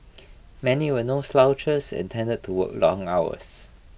many were no slouches and tended to work long hours